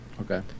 Okay